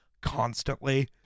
constantly